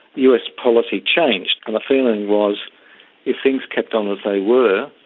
us policy changed and the feeling was if things kept on as they were,